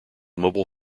mobile